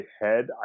head